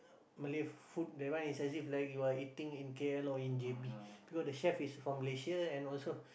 Malay food that one is as if like you are eating in k_l or in j_b because the chef is from Malaysia and also